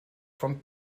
von